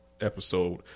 episode